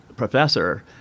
professor